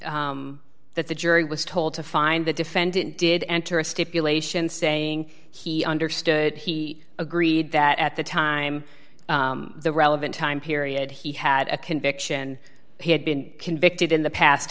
that the jury was told to find the defendant did enter a stipulation saying he understood he agreed that at the time the relevant time period he had a conviction he had been convicted in the past